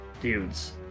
dudes